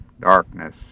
darkness